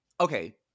okay